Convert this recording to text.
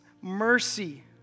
mercy